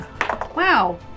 Wow